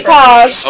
Pause